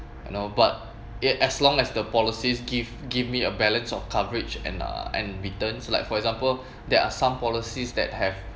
you know but it as long as the policies give give me a balance of coverage and uh and returns like for example there are some policies that have